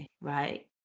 Right